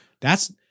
That's-